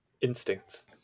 instincts